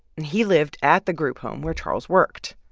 and he lived at the group home where charles worked.